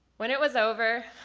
when it was over